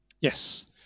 Yes